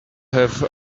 have